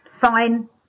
fine